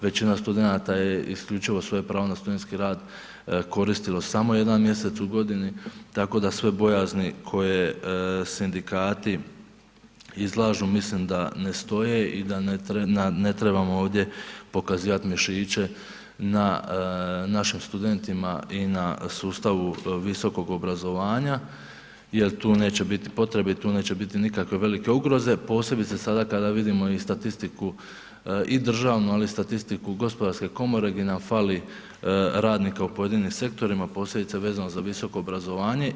Većina studenata je isključivo svoje pravo na studentski rad koristilo samo jedan mjesec u godini, tako da sve bojazni koje sindikati izlažu mislim da ne stoje i da ne trebamo ovdje pokazivati mišiće na našim studentima i na sustavu visokog obrazovanja jel tu neće biti potrebe i tu neće biti nikakve velike ugroze, posebice sada kada vidimo i statistiku i državnu, ali i statistiku Gospodarske komore gdje nam fali radnika u pojedinim sektorima, posebice vezano za visoko obrazovanje.